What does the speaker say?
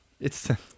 It's-